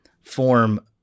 form